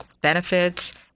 benefits